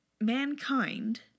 mankind